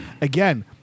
Again